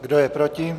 Kdo je proti?